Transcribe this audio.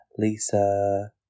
Lisa